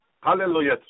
Hallelujah